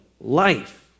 life